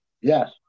Yes